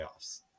playoffs